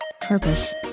purpose